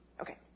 Okay